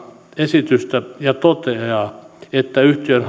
esitystä perusteltuna ja toteaa että yhtiön